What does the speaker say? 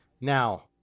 Now